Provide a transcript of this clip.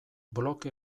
bloke